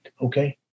okay